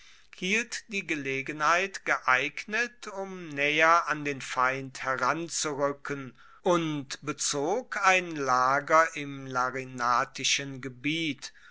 hielt die gelegenheit geeignet um naeher an den feind heranzuruecken und bezog ein lager im larinatischen gebiet